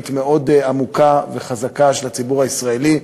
מאוד עמוקה וחזקה של הציבור הישראלי.